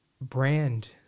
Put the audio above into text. brand